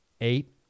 eight